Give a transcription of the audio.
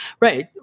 Right